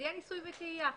זה יהיה ניסוי וטעייה.